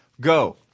go